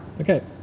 Okay